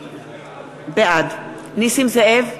בעד נסים זאב,